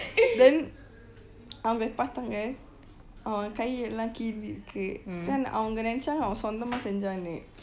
then அவங்க பார்த்தாங்க அவன் கை எல்லாம் கீறி இருக்கு:avanga paartanga avan kai ellam keerirruku then அவங்க நெனச்சாங்க அவன் சொந்தமா செஞ்சான்னு:avanga nenachanga avan chontamaa senchaannu